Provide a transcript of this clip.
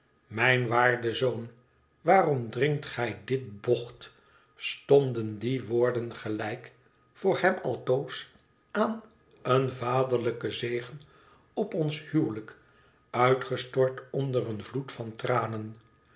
mijn waarde zoon waarom drinkt gij dit bocht stonden die woorden gelijk voor hem altoos aan een vaderlijken zegen op ons huwelijk uitgestort onder een vloed van tranen